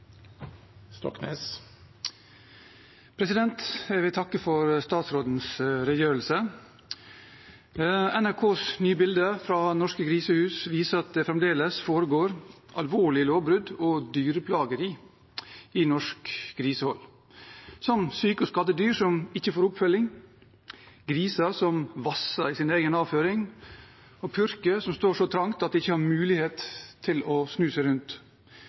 Jeg vil takke for statsrådens redegjørelse. NRKs nye bilder fra norske grisehus viser at det fremdeles foregår alvorlige lovbrudd og dyreplageri i norsk grisehold – som syke og skadde dyr som ikke får oppfølging, griser som vasser i sin egen avføring, og purker som står så trangt at de ikke har mulighet til å snu seg rundt.